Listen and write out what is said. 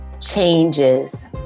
changes